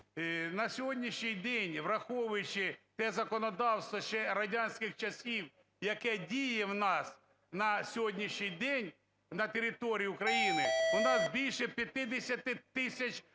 на сьогоднішній день, враховуючи те законодавство ще радянських часів, яке діє в нас на сьогоднішній день на території України, у нас більше 50 тисяч